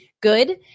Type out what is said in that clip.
good